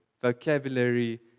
vocabulary